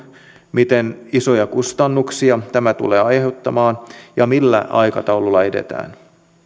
miten isoja kustannuksia tämä tulee aiheuttamaan ja millä aikataululla edetään